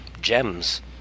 gems